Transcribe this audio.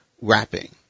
wrapping